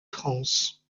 france